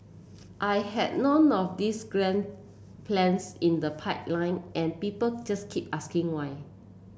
I had none of this grand plans in the pipeline and people just keep asking why